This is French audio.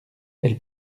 elle